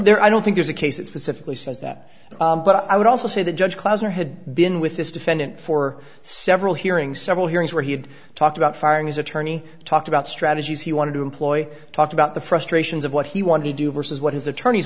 there i don't think there's a case that specifically says that but i would also say the judge closer had been with this defendant for several hearing several hearings where he had talked about firing his attorney talked about strategies he wanted to employ talked about the frustrations of what he wanted to do versus what his attorneys